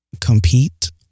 compete